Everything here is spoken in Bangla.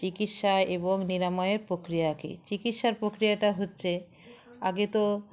চিকিৎসা এবং নিরাময়ের প্রক্রিয়া কি চিকিৎসার প্রক্রিয়াটা হচ্ছে আগে তো